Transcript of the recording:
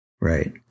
Right